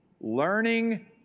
learning